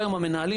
המנהלים,